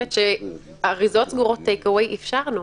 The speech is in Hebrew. אריזות סגורות טייק-אווי, אפשרנו.